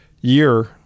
year